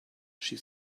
she